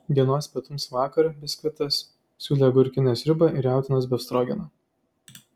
dienos pietums vakar biskvitas siūlė agurkinę sriubą ir jautienos befstrogeną